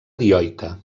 dioica